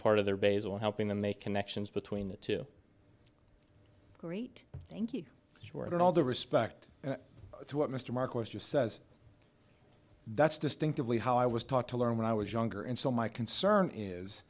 part of their base or helping them make connections between the two great thank you stuart and all the respect to what mr marcos just says that's distinctively how i was taught to learn when i was younger and so my concern is